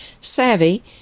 Savvy